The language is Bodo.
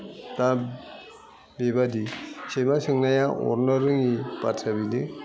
दा बेबादि सैमा सोंनाया अरनो रोयि बाथ्राया बेनो